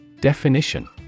Definition